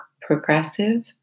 progressive